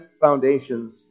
foundations